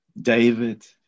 David